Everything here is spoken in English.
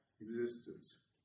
existence